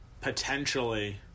potentially